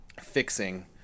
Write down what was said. fixing